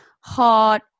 hot